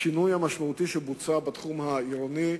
השינוי המשמעותי שבוצע בתחום העירוני,